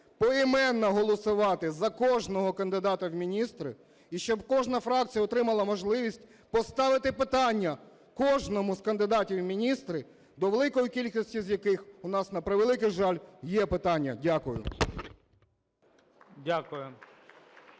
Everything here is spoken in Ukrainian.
поіменно голосувати за кожного кандидата в міністри, і щоб кожна фракція отримала можливість поставити питання кожному з кандидатів у міністри, до великої кількості з яких у нас, на превеликий жаль, є питання. Дякую.